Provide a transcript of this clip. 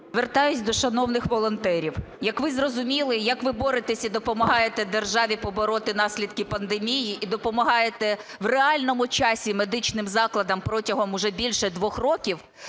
Звертаюсь до шановних волонтерів. Як ви зрозуміли, як ви боретесь і допомагаєте державі побороти наслідки пандемії і допомагаєте в реальному часі медичним закладам протягом уже більше двох років,